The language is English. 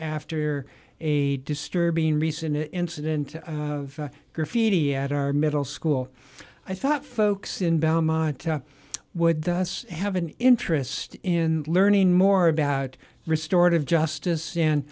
after a disturbing recent incident of graffiti at our middle school i thought folks in belmont would have an interest in learning more about restorative justice and